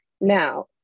Now